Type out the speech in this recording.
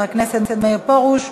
חבר הכנסת מאיר פרוש,